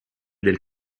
del